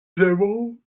aimeront